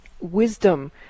wisdom